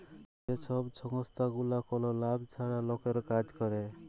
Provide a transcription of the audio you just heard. যে ছব সংস্থাগুলা কল লাভ ছাড়া লকের কাজ ক্যরে